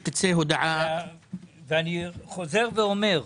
ואני חוזר ואומר,